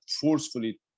forcefully